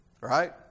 Right